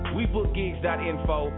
WeBookGigs.info